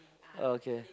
okay